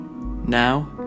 Now